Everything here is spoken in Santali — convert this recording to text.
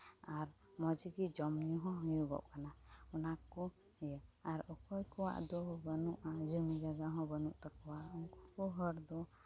ᱟᱨ ᱱᱚᱣᱟ ᱪᱤᱠᱟᱹ ᱡᱚᱢᱼᱧᱩ ᱦᱚᱸ ᱦᱩᱭᱩᱜᱚᱜ ᱠᱟᱱᱟ ᱚᱱᱟ ᱠᱚ ᱟᱨ ᱚᱠᱚᱭ ᱠᱚᱣᱟᱜ ᱫᱚ ᱵᱟᱹᱱᱩᱜᱼᱟ ᱡᱚᱢᱤᱼᱡᱟᱭᱜᱟ ᱦᱚᱸ ᱵᱟᱹᱱᱩᱜ ᱛᱟᱠᱚᱣᱟ ᱩᱱᱠᱩ ᱠᱚ ᱦᱚᱲ ᱫᱚ